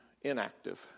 inactive